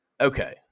Okay